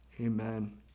Amen